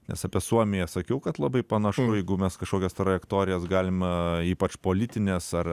nes apie suomiją sakiau kad labai panašu jeigu mes kažkokias trajektorijas galima ypač politines ar